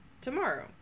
tomorrow